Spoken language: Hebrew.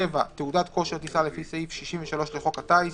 (7)תעודת כושר טיסה לפי סעיף 63 לחוק הטיס,